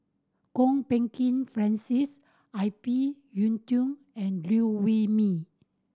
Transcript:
Kwok Peng Kin Francis I P Yiu Tung and Liew Wee Mee